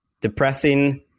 Depressing